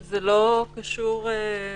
לא, זה לא קשור לחוק פה.